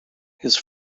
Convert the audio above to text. his